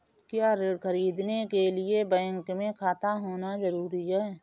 क्या ऋण ख़रीदने के लिए बैंक में खाता होना जरूरी है?